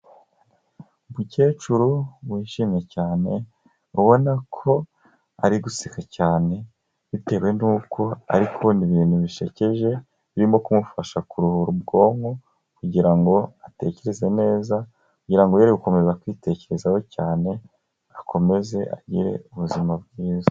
Umukecuru wishimye cyane ubona ko ari guseka cyane bitewe nuko ari kubona ibintu bishekeje birimo kumufasha kuruhura ubwonko kugira ngo atekereze neza, kugira ngo yere gukomeza kwitekerezaho cyane, akomeze agire ubuzima bwiza.